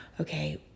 Okay